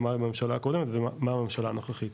למה הממשלה הקודמת ומה הממשלה הנוכחית.